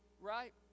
right